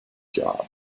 job